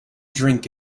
drink